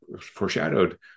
foreshadowed